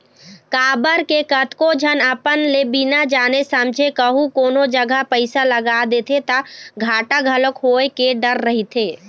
काबर के कतको झन अपन ले बिना जाने समझे कहूँ कोनो जघा पइसा लगा देथे ता घाटा घलोक होय के डर रहिथे